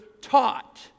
taught